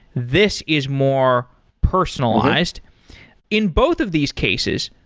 this is more personalized in both of these cases,